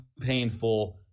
painful